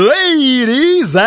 ladies